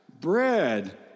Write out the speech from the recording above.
bread